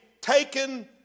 taken